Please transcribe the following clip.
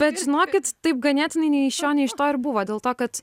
bet žinokit taip ganėtinai nei iš šio nei iš to ir buvo dėl to kad